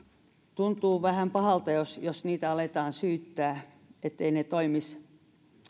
tuntuu vähän pahalta jos jos niitä aletaan syyttää etteivät ne toimisi